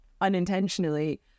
unintentionally